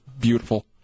beautiful